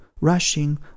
rushing